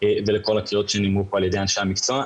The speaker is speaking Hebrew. ולכל הקריאות שנאמרו כאן על ידי אנשי המקצוע.